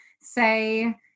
say